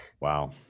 wow